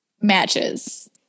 matches